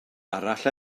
arall